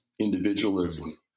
individualism